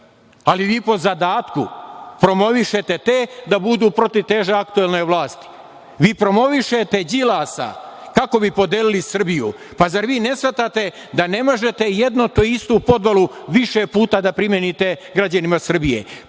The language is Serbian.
ali vi po zadatku promovišete te da budu protivteža aktuelnoj vlasti. Vi promovišete Đilasa kako bi podelili Srbiju. Zar vi ne shvatate da ne možete jednu te istu podelu više puta da primenite građanima Srbije?